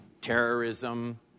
terrorism